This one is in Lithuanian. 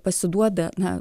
pasiduoda na